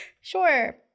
Sure